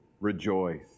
rejoice